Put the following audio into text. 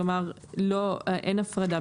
כלומר אין הפרדה.